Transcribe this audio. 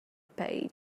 page